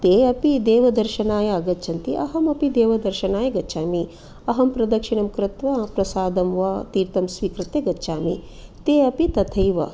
ते अपि देवदर्शनाय आगच्छन्ति अहमपि देवदर्शनाय गच्छामि अहं प्रदक्षिणं कृत्वा प्रसादं वा तीर्तं स्वीकृत्य गच्छामि ते अपि तथैव